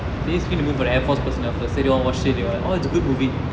they need to screen the movie for the air force personnel first they will watch it oh it's a good movie